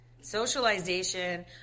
Socialization